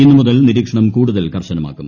ഇന്ന് മുതൽ നിരീക്ഷണം കൂടുതൽ കർശനമാക്കും